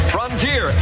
Frontier